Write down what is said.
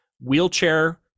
wheelchair